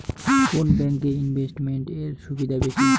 কোন ব্যাংক এ ইনভেস্টমেন্ট এর সুবিধা বেশি?